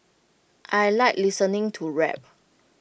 I Like listening to rap